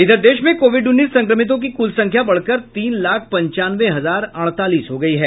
इधर देश में कोविड उन्नीस संक्रमितों की कुल संख्या बढ़कर तीन लाख पंचानवे हजार अड़तालीस हो गयी है